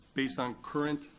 based on current